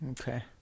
Okay